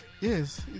Yes